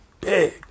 big